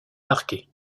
marquée